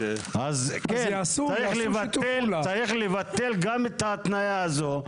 אז כן, צריך לבטל גם את ההתניה הזו,